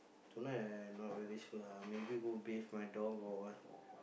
tonight I not very sure ah maybe go bathe my dog or what